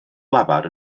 lafar